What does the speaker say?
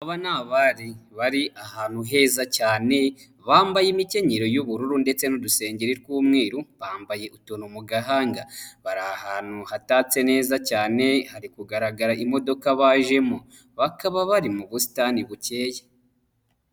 Aba ni abari, bari ahantu heza cyane. Bambaye imikenyero y'ubururu ndetse n'udusengeri tw'umweru bambaye utuntu mu gahanga, bari ahantu hatatse neza cyane hari kugaragara imodoka bajemo. Bakaba bari mu busitani bukeye.